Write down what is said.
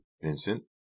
Vincent